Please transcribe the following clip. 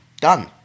Done